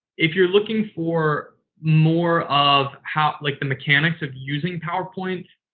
if you're looking for more of how. like the mechanics of using powerpoint,